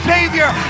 Savior